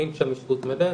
אין שם אשפוז מלא,